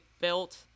built